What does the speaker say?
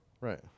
right